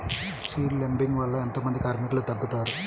Seed లేంబింగ్ వల్ల ఎంత మంది కార్మికులు తగ్గుతారు?